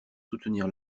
soutenir